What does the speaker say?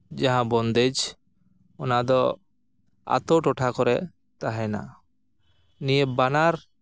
ᱡᱟᱦᱟᱸ ᱵᱚᱱᱫᱮᱡ ᱚᱱᱟ ᱫᱚ ᱟᱹᱛᱩ ᱴᱚᱴᱷᱟ ᱠᱚᱨᱮ ᱛᱟᱦᱮᱸᱱᱟ ᱱᱤᱭᱟᱹ ᱵᱟᱱᱟᱨ